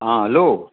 हा हलो